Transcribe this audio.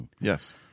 Yes